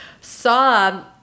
saw